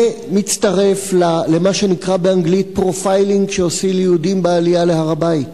זה מצטרף למה שנקרא באנגלית profiling שעושים ליהודים בעלייה להר-הבית,